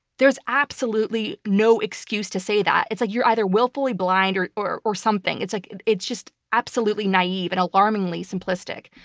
there's absolutely no excuse to say that. it's like you're either willfully blind, or or something. it's like it's just absolutely naive and alarmingly simplistic.